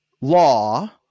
law